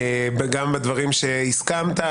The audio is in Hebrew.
גם בדברים שהסכמת,